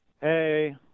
Hey